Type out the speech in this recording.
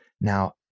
Now